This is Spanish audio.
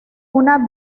una